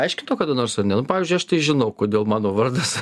aiškino kada nors ar ne nu pavyzdžiui aš tai žinau kodėl mano vardas